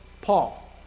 Paul